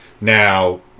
now